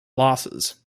losses